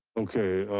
okay,